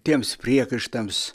tiems priekaištams